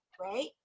right